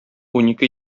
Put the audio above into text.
унике